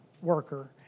worker